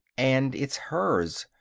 and it's hers.